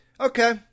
Okay